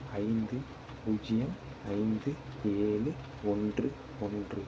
ஐந்து பூஜ்ஜியம் ஐந்து ஏழு ஒன்று ஒன்று